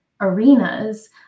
arenas